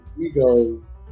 egos